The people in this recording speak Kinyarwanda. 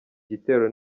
gitero